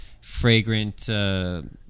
fragrant